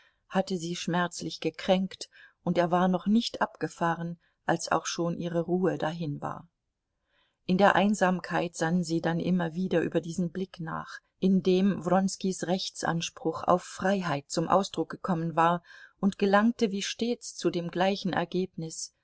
hatte sie schmerzlich gekränkt und er war noch nicht abgefahren als auch schon ihre ruhe dahin war in der einsamkeit sann sie dann immer wieder über diesen blick nach in dem wronskis rechtsanspruch auf freiheit zum ausdruck gekommen war und gelangte wie stets zu dem gleichen ergebnis